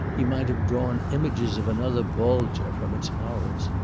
he might have drawn images of another bolgia from its horrors.